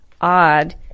odd